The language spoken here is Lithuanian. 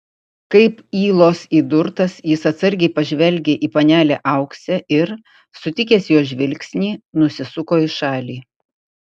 kaip ylos įdurtas jis atsargiai pažvelgė į panelę auksę ir sutikęs jos žvilgsnį nusisuko į šalį